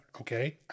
okay